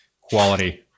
Quality